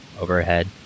overhead